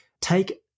take